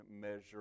measure